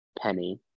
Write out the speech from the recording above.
penny